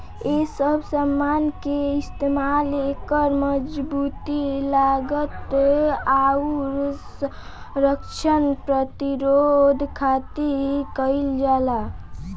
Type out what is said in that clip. ए सब समान के इस्तमाल एकर मजबूती, लागत, आउर संरक्षण प्रतिरोध खातिर कईल जाला